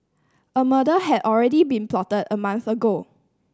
a murder had already been plotted a month ago